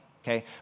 Okay